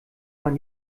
man